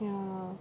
ya